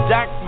Jack